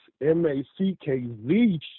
M-A-C-K-Z